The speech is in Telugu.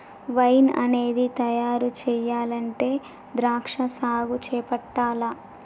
వైన్ అనేది తయారు చెయ్యాలంటే ద్రాక్షా సాగు చేపట్టాల్ల